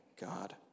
God